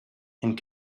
and